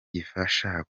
gifasha